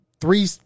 three